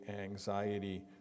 anxiety